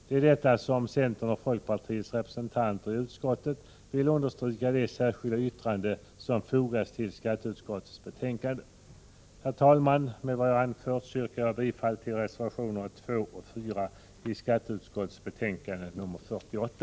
Det är detta centerns och folkpartiets representanter i utskottet vill understryka i det särskilda yttrande som fogats till skatteutskottets betänkande. Herr talman! Med vad jag anfört yrkar jag bifall till reservationerna 2 och 3 i skatteutskottets betänkande 48.